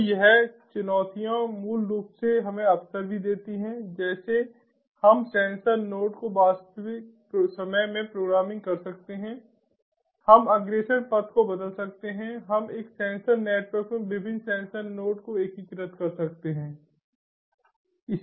तो ये चुनौतियां मूल रूप से हमें अवसर भी देती हैं जैसे हम सेंसर नोड्स को वास्तविक समय में प्रोग्राम कर सकते हैं हम अग्रेषण पथ को बदल सकते हैं हम एक सेंसर नेटवर्क में विभिन्न सेंसर नोड्स को एकीकृत कर सकते हैं